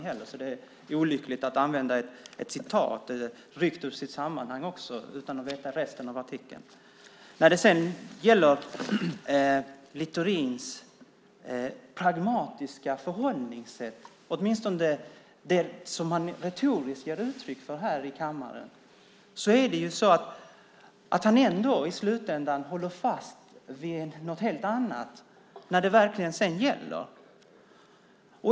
Det är därför olyckligt att man använder ett uttalande ryckt ur sitt sammanhang utan att veta något om resten av artikeln. När det sedan gäller Littorins pragmatiska förhållningssätt, åtminstone det som han retoriskt ger uttryck för här i kammaren, håller han ändå i slutändan fast vid något helt annat när det sedan verkligen gäller.